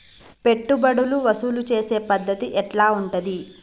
పెట్టుబడులు వసూలు చేసే పద్ధతి ఎట్లా ఉంటది?